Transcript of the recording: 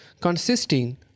consisting